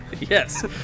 Yes